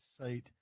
site